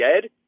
dead